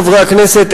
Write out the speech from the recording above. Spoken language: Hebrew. חברי הכנסת,